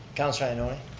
councilor ioannoni?